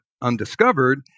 undiscovered